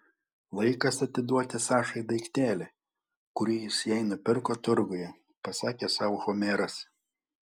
laikas atiduoti sašai daiktelį kurį jis jai nupirko turguje pasakė sau homeras